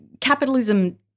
capitalism